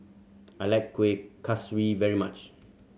I like Kueh Kaswi very much